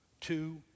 Two